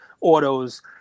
autos